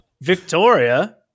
Victoria